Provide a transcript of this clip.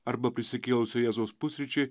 arba prisikėlusio jėzaus pusryčiai